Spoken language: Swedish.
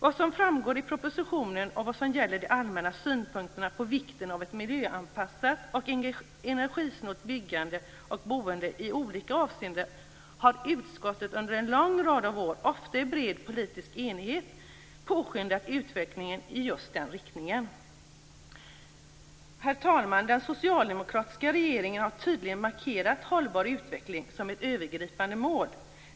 Så som framgår i propositionen och vad gäller de allmänna synpunkterna på vikten av ett miljöanpassat och energisnålt byggande och boende i olika avseenden har utskottet under en lång rad av år, ofta i bred politisk enighet, påskyndat utvecklingen i just den riktningen. Herr talman! Den socialdemokratiska regeringen har tydligt markerat hållbar utveckling som ett övergripande mål.